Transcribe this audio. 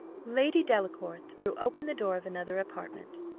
lady delacour threw open the door of another apartment.